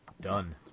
Done